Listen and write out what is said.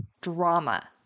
drama